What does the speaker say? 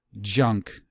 junk